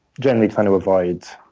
generally try to avoid